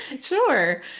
Sure